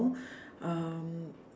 um